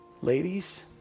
Ladies